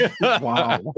Wow